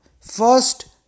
First